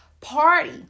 party